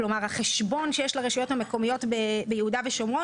כלומר החשבון שיש לרשויות המקומיות ביהודה ושומרון